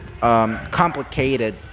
complicated